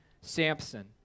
Samson